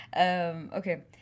Okay